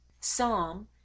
Psalm